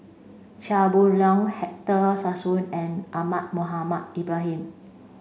Chia Boon Leong Sassoon and Ahmad Mohamed Ibrahim